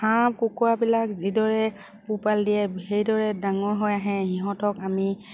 হাঁহ কুকুৰাবিলাক যিদৰে পোহপাল দিয়ে সেইদৰে ডাঙৰ হৈ আহে সিহঁতক আমি